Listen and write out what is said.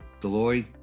Deloitte